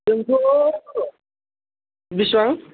जोंथ' र' बेसेबां